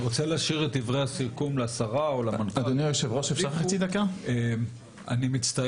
של נציג --- אני אומר